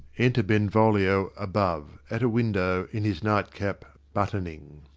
enter benvolio above, at a window, in his nightcap, buttoning.